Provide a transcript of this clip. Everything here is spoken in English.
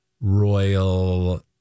royal